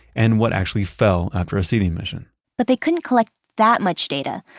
and what actually fell after a seeding mission but they couldn't collect that much data,